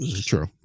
True